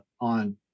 on